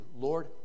Lord